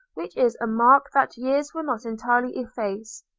which is a mark that years will not entirely efface.